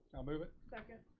i'll move it. second.